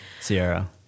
Sierra